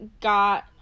got